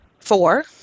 four